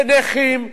לנכים,